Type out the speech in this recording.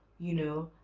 you know,